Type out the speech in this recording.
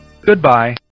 Goodbye